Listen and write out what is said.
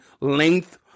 length